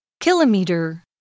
Kilometer